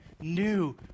new